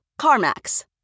CarMax